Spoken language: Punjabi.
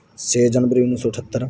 ਛੇ ਜਨਵਰੀ ਉੱਨੀ ਸੌ ਅਠੱਤਰ